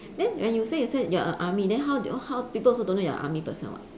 then when you say you say you are a army then how how people also don't know you are a army person [what]